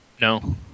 No